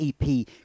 EP